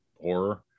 horror